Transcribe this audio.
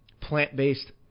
plant-based